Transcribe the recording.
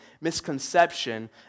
misconception